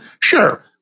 Sure